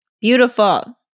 Beautiful